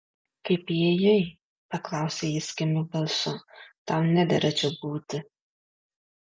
kaip įėjai paklausė jis kimiu balsu tau nedera čia būti